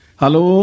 Hello